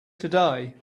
today